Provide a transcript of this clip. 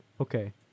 Okay